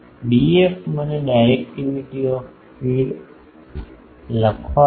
Df મને directivity of feed Df લખવા દો